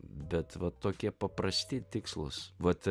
bet va tokie paprasti tikslūs vat